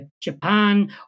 Japan